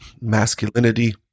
masculinity